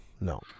no